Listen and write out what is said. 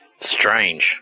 Strange